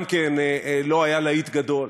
גם כן לא היה להיט גדול,